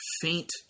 faint